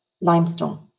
limestone